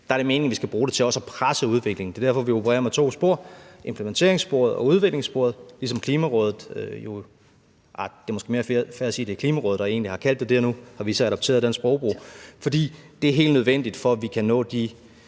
der er det meningen, at vi skal bruge det til også at presse udviklingen. Det er derfor, vi opererer med to spor: implementeringssporet og udviklingssporet – som Klimarådet har kaldt det, og vi har så adopteret den sprogbrug – fordi det er helt nødvendigt for, at vi kan nå de